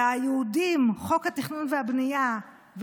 ליהודים חוק התכנון והבנייה,